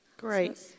Great